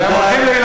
תודה.